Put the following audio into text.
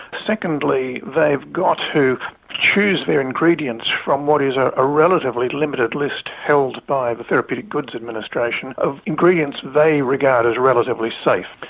secondly they've got to choose their ingredients from what is a ah relatively limited list held by the therapeutic goods administration of ingredients they regard as relatively safe.